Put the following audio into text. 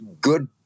good